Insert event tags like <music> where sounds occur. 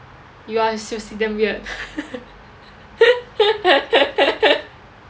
you are seriously damn weird <laughs>